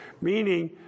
Meaning